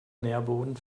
nährboden